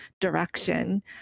direction